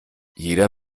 jeder